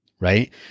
Right